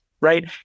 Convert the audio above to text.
right